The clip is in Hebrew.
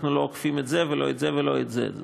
אנחנו לא אוכפים את זה ולא את זה ולא את זה,